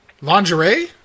Lingerie